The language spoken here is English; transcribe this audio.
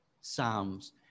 psalms